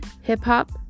hip-hop